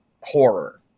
horror